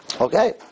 Okay